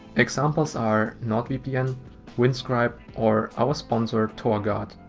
examples are nordvpn, windscribe or our sponsor torguard.